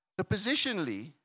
Positionally